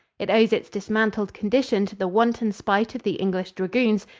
it owes its dismantled condition to the wanton spite of the english dragoons,